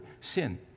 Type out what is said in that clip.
sin